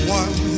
one